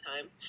time